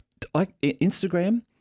Instagram